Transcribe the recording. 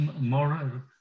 more